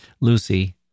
Lucy